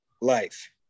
Life